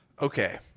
Okay